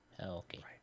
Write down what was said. Okay